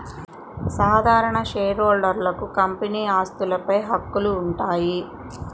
సాధారణ షేర్హోల్డర్లకు కంపెనీ ఆస్తులపై హక్కులు ఉంటాయి